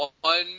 One